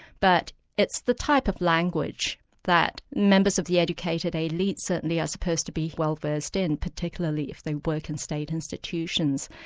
but it's the type of language that members of the educated elite certainly are supposed to be well versed in, particularly if they work in state institutions.